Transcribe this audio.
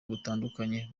butandukanye